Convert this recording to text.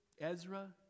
Ezra